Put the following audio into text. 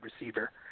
receiver